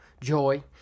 joy